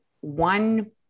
one